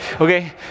Okay